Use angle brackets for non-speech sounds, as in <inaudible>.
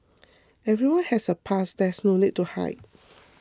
everyone has a past there is no need to hide <noise>